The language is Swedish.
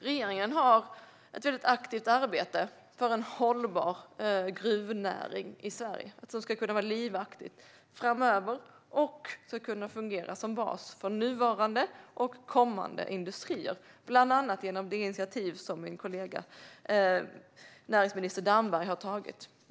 Regeringen har ett aktivt arbete för en hållbar gruvnäring i Sverige som ska kunna vara livaktig framöver och fungera som bas för nuvarande och kommande industrier, bland annat genom det initiativ som min kollega näringsminister Damberg har tagit.